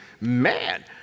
Man